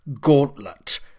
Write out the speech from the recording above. gauntlet